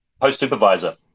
post-supervisor